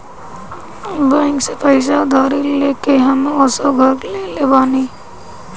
bank से पईसा उधारी लेके हम असो घर लीहले बानी